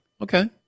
Okay